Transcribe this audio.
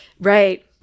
Right